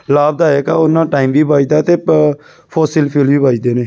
ਲਾਭਦਾਇਕ ਆ ਉਹ ਨਾਲ ਟਾਈਮ ਵੀ ਬਚਦਾ ਅਤੇ ਫੋਸਿਲ ਫਿਊਲ ਵੀ ਬਚਦੇ ਨੇ